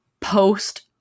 post-